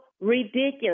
ridiculous